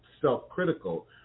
self-critical